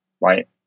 right